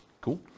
Cool